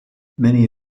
many